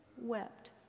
wept